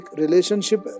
relationship